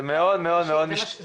זה מאוד משתנה.